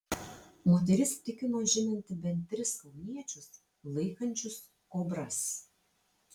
moteris tikino žinanti bent tris kauniečius laikančius kobras